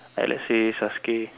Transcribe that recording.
like let's say Sasuke